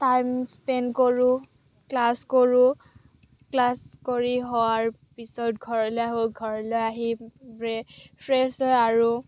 time spend কৰোঁ class কৰোঁ class কৰি হোৱাৰ পিছত ঘৰলে আহোঁ ঘৰলৈ আহি ফ্ৰেছ হৈ আৰু